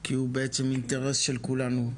כי הוא בעצם אינטרס של כולנו.